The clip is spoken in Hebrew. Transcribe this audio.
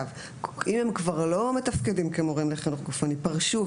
הם כבר לא מתפקדים כמורים לחינוך גופני אם הם פרשו,